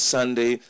Sunday